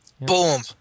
Boom